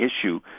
issue